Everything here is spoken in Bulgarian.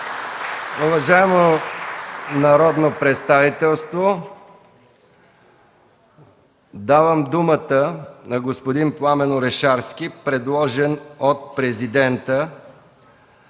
Уважаемо народно представителство, давам думата на господин Пламен Орешарски, предложен от Президента